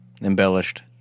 embellished